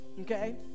Okay